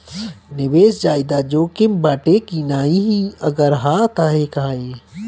निवेस ज्यादा जोकिम बाटे कि नाहीं अगर हा तह काहे?